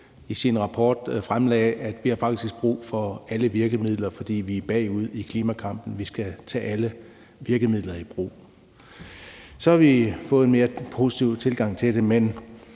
i sin rapport fremlagde, at vi faktisk har brug for alle virkemidler, fordi vi er bagud i klimakampen. Vi skal tage alle virkemidler i brug. Så vi har fået en mere positiv tilgang til det, men